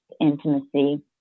intimacy